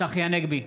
צחי הנגבי,